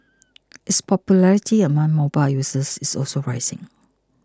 its popularity among mobile users is also rising